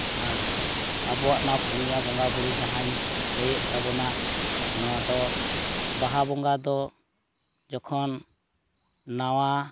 ᱟᱨ ᱟᱵᱚᱣᱟᱜ ᱱᱚᱣᱟ ᱯᱚᱱᱭᱟ ᱵᱚᱸᱜᱟ ᱵᱩᱨᱩ ᱡᱟᱦᱟᱧ ᱞᱟᱹᱭᱮᱫ ᱛᱟᱵᱚᱱᱟ ᱱᱚᱣᱟ ᱫᱚ ᱵᱟᱦᱟ ᱵᱚᱸᱜᱟ ᱫᱚ ᱡᱚᱠᱷᱚᱱ ᱱᱟᱣᱟ